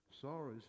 sorrows